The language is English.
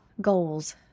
Goals